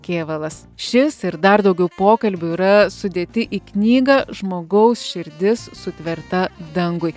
kėvalas šis ir dar daugiau pokalbių yra sudėti į knygą žmogaus širdis sutverta dangui